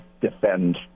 defend